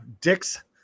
Dick's